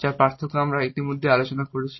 যার পার্থক্য আমরা ইতিমধ্যেই আলোচনা করেছি